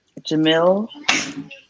jamil